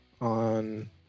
on